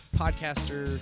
podcaster